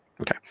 Okay